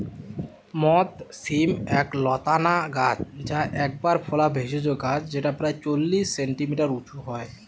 মথ শিম এক লতানা গাছ যা একবার ফলা ভেষজ গাছ যেটা প্রায় চল্লিশ সেন্টিমিটার উঁচু হয়